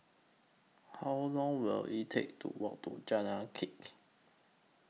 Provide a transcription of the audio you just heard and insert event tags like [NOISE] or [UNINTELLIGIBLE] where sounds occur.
How Long Will IT Take to Walk to Jalan [UNINTELLIGIBLE]